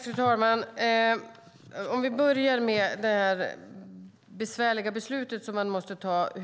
Fru talman! Låt mig börja med det besvärliga beslutet som måste tas